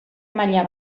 maila